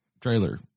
trailer